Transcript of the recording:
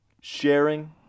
sharing